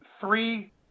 three